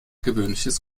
gewöhnliches